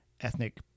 ethnic